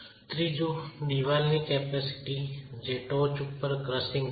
ત્રીજા દિવાલની કેપેસિટી જે ટોચ ઉપર ક્રસીંગ થાય છે